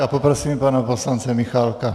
A poprosím pana poslance Michálka.